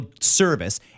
service